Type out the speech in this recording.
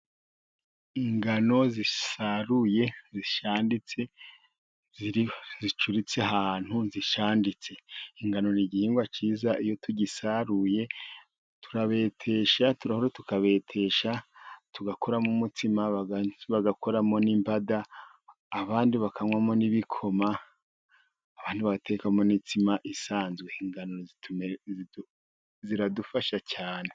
Ingano zisaruye zishaditse, zicuritse ahantu zishanditse. Ingano ni igihingwa kiza, iyo tugisaruye turabetesha, tukabitesha tugakuramo umutsima, bagakoramo n'imbada, abandi bakanywamo n'ibikoma, abandi batekamo n'imitsima isanzwe. Ingano ziradufasha cyane.